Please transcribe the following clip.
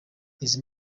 izi